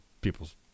people's